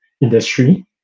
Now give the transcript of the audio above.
industry